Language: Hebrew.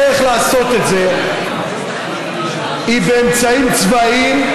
הדרך לעשות את זה היא באמצעים צבאיים,